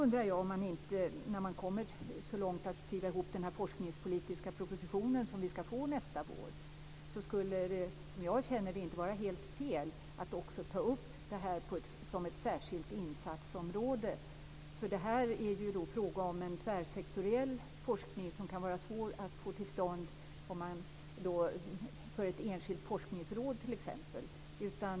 När regeringen kommer så långt som till att skriva den forskningspolitiska proposition som skall läggas fram nästa vår skulle det, som jag känner det, inte vara helt fel att också ta upp detta som ett särskilt insatsområde. Det är ju fråga om en tvärsektoriell forskning som kan vara svår att få till stånd för t.ex. ett enskilt forskningsråd.